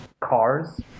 cars